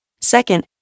Second